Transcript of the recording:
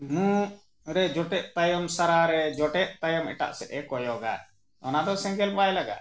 ᱢᱩ ᱨᱮ ᱡᱚᱴᱮᱫ ᱛᱟᱭᱚᱢ ᱥᱟᱨᱟᱨᱮ ᱡᱚᱴᱮᱫ ᱛᱟᱭᱚᱢ ᱮᱴᱟᱜ ᱥᱮᱫ ᱮ ᱠᱚᱭᱚᱜᱟ ᱚᱱᱟ ᱫᱚ ᱥᱮᱸᱜᱮᱞ ᱵᱟᱭ ᱞᱟᱜᱟᱜᱼᱟ